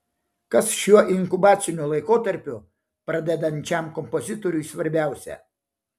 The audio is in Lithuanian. kas šiuo inkubaciniu laikotarpiu pradedančiam kompozitoriui svarbiausia